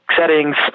settings